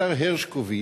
השר הרשקוביץ,